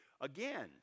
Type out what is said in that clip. Again